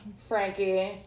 Frankie